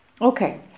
okay